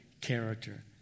character